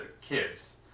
kids